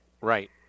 Right